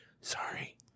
Sorry